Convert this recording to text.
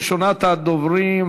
ראשונת הדוברים,